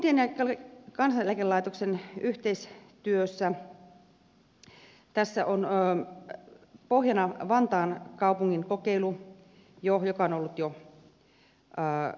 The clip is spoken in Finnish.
kuntien ja kansaneläkelaitoksen yhteistyössä on pohjana vantaan kaupungin kokeilu joka on ollut jo käytössä